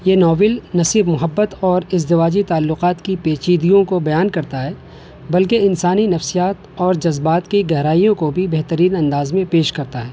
یہ ناول نہ صرف محبت اور ازدواجی تعلقات كی پیچیدگیوں کو بیان کرتا ہے بلکہ انسانی نفسیات اور جذبات کی گہرائیوں کو بھی بہترین انداز میں پیش کرتا ہے